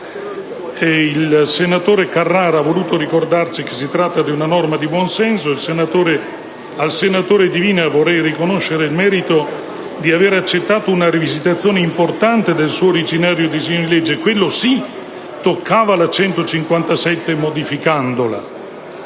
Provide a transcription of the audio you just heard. Il senatore Carrara ha voluto ricordarci che si tratta di una norma di buon senso. Al senatore Divina vorrei riconoscere il merito di aver accettato una rivisitazione importante del suo originario disegno di legge: quello sì toccava la legge n. 157, modificandola.